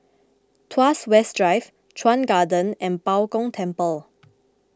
Tuas West Drive Chuan Garden and Bao Gong Temple